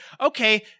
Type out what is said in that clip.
okay